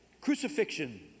crucifixion